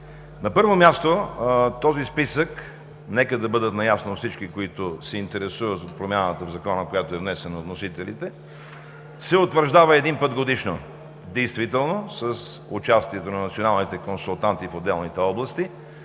На първо място, този списък – нека да бъдат наясно всички, които се интересуват от промяната в Закона, внесена от вносителите, се утвърждава един път годишно, действително с участието на националните консултанти в отделните области.